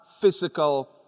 physical